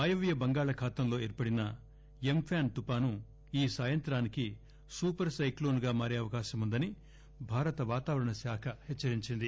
వాయువ్య బంగాళాఖాతంలో ఏర్పడిన ఎంఫాన్ తుపాను ఈ సాయంత్రానికి సూపర్ సైక్లోన్గా మారే అవకాశముందని భారత వాతావరణ శాఖ హెచ్చరించింది